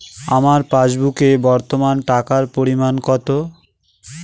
আমার পাসবুকে বর্তমান টাকার পরিমাণ কত?